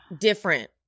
Different